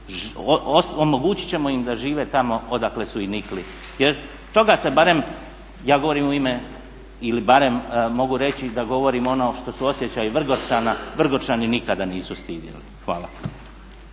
omogućit ćemo im da žive tamo odakle su i nikli. Jer toga se barem ja govorim u ime ili barem mogu reći da govorim ono što su osjećaji Vrgočana, Vrgočani nikada nisu stidjeli. Hvala.